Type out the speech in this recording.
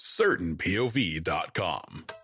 certainpov.com